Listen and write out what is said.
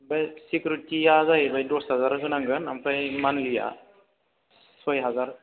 ओमफ्राय सेकुरिटिया जाहैबाय दस हाजार होनांगोन ओमफ्राय मान्थलिया सय हाजार